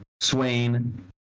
swain